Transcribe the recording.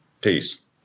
Peace